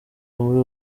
muri